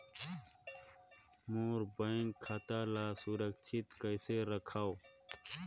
मोर bank खाता ला सुरक्षित कइसे रखव?